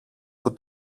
που